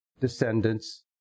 descendants